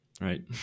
Right